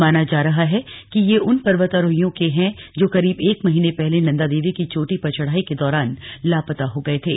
माना जा रहा है कि ये उन पर्वतारोहियों के हैं जो करीब एक महीने पहले नंदा देवी की चोटी पर चढ़ाई के दौरान लापता हो गये थे